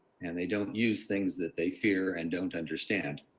and they don't use things that they fear and don't understand.